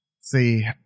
see